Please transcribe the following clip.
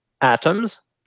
atoms